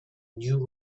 new